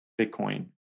Bitcoin